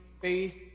faith